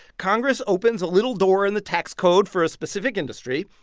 congress opens a little door in the tax code for a specific industry,